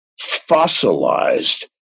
fossilized